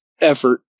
effort